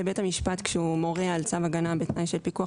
לבית המשפט כשהוא מורה על צו הגנה בתנאים של פיקוח